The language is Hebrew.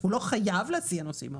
הוא לא חייב להסיע נוסעים.